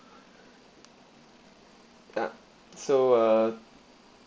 ah so uh